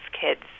kids